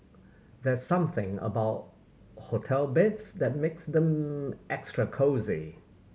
there's something about hotel beds that makes them extra cosy